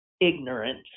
ignorance